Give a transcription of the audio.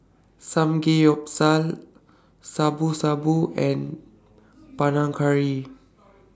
Samgeyopsal Shabu Shabu and Panang Curry